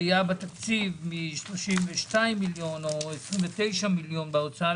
עלייה בתקציב מ-32 מיליון או 29 מיליון בהוצאה